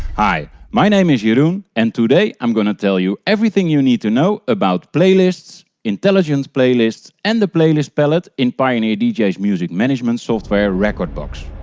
hi, my name is jeroen and today i'm going to tell you everything you need to know about playlists, intelligent playlists and the playlist palette in pioneer djs music management software rekordbox.